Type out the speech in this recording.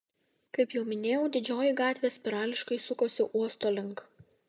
kaip jau minėjau didžioji gatvė spirališkai sukosi uosto link